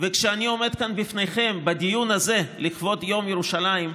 וכשאני עומד כאן בפניכם בדיון הזה לכבוד יום ירושלים,